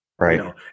Right